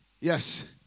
Yes